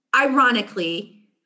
ironically